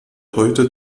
heute